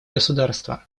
государство